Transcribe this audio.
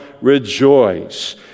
rejoice